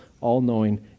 all-knowing